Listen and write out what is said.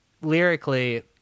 Lyrically